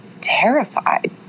terrified